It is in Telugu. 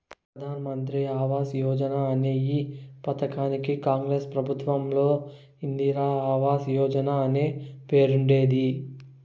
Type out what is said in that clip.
ప్రధాన్ మంత్రి ఆవాస్ యోజన అనే ఈ పథకానికి కాంగ్రెస్ ప్రభుత్వంలో ఇందిరా ఆవాస్ యోజన అనే పేరుండేది